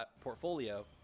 portfolio